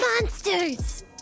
Monsters